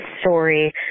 story